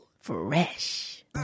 fresh